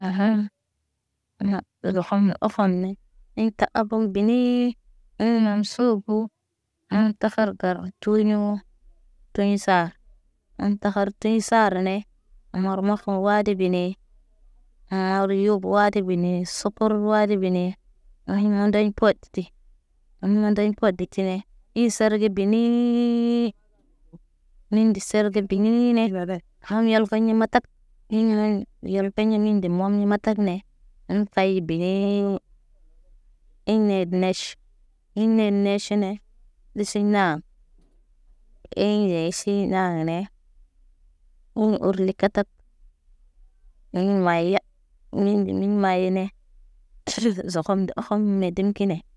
Aha, aniya zohono ofoni, inta arbuŋg binii, iŋg mam suugu, am takhar gar curi ɲu. Teɲ sa an, ɗaŋg takharti sar ne, amo morfu wadi bine. Hariyo wadi bine, sukuru wadi bine, haɲ mondaɲ pət ti. A mundeɲ poti tine, isar gə benii, min ndiser ge benii ne babar, ham yalko ɲa matak, iŋg won, ɓeyalpeɲ miɲ nde moŋg matak ne, naŋg say binee wo. Iŋg meb meʃ, iŋg memeʃ ne, disiɲ naam. Iŋg yesi ɗane, un urli katak, un maya uni be min mayene. Sile se zekomda ohom medim kine.